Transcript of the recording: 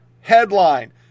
headline